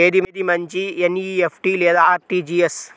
ఏది మంచి ఎన్.ఈ.ఎఫ్.టీ లేదా అర్.టీ.జీ.ఎస్?